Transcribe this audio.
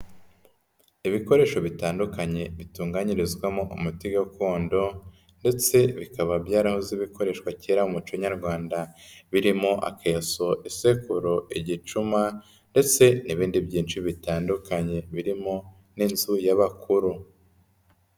Ibikoresho bitandukanye bitunganyirizwamo umuti gakondo ndetse bikaba byarahoze bikoreshwa kera muco nyarwanda birimo akeso, isekuru, igicuma ndetse n'ibindi byinshi bitandukanye birimo n'inzu y'abakuru.